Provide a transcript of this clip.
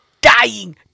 Dying